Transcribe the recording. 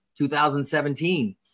2017